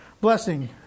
blessing